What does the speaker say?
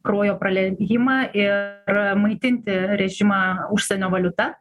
kraujo praliejimą ir maitinti režimą užsienio valiuta